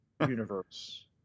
universe